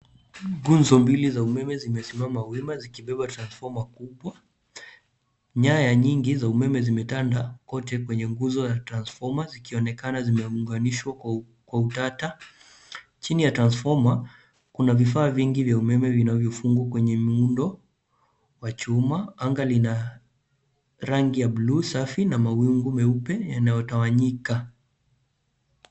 Nguzo mbili za umeme zimesimama wima zikibeba transfoma kubwa. Nyaya nyingi za umeme zimetanda kote kwenye nguzo ya transfoma zikionekana zimeunganishwa kwa utata. Chini ya transfoma, kuna vifaa vingi vya umeme vinavyofungwa kwenye muundo wa chuma. Anga lina rangi ya bluu safi na mawingu meupe yanayotawanyika.